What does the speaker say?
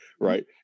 Right